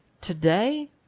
Today